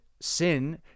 sin